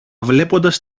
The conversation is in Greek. βλέποντας